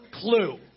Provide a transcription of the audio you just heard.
clue